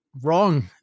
wrong